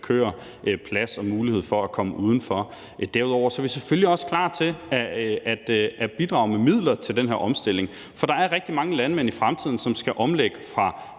køer plads og mulighed for at komme udenfor. Derudover vil jeg sige, at vi selvfølgelig også er klar til at bidrage med midler til den her omstilling, for der er rigtig mange landmænd i fremtiden, som skal omlægge fra